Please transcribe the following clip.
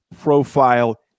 profile